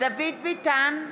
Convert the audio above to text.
דוד ביטן,